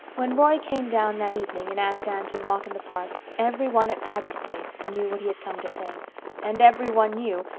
when roy came down that evening and asked anne to walk in the park every one at patty's place knew what he had come to say and every one knew,